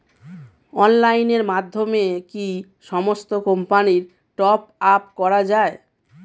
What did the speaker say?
অনলাইনের মাধ্যমে কি সমস্ত কোম্পানির টপ আপ করা যায়?